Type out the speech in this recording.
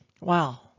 Wow